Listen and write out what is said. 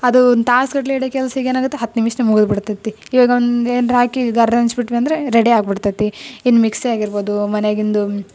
ಅದು ಒಂದು ತಾಸು ಗಟ್ಟಲೆ ಹಿಡಿಯೋ ಕೆಲಸ ಈಗ ಏನಾಗುತ್ತೆ ಹತ್ತು ನಿಮಿಷ್ದಲ್ಲಿ ಮುಗ್ದು ಬಿಡ್ತೈತೆ ಇವಾಗ ಒಂದು ಏನರ ಹಾಕಿ ಗರ್ ಅನ್ಸಿ ಬಿಟ್ವಿ ಅಂದರೆ ರೆಡಿ ಆಗ್ಬಿಡ್ತೈತೆ ಇನ್ನು ಮಿಕ್ಸಿ ಆಗಿರ್ಬೋದು ಮನೆಗಿಂದು